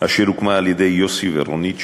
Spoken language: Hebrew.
אשר הוקמה על-ידי יוסי ורונית שוקר,